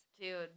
dude